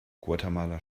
guatemala